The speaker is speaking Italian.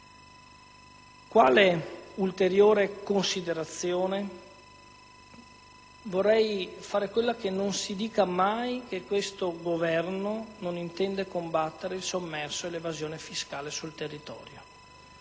Quale ulteriore considerazione, affermo che vorrei non si dicesse mai che questo Governo non intende combattere il sommerso e l'evasione fiscale sul territorio.